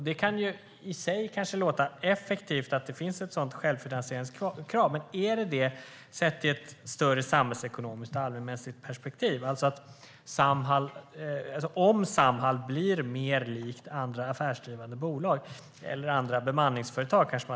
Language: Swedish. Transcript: Det kan i sig kanske låta effektivt att det finns ett sådant självfinansieringskrav. Är det ur ett större samhällsekonomiskt och allmänmänskligt perspektiv en lycklig utveckling om Samhall blir mer likt andra affärsdrivande bolag eller andra bemanningsföretag?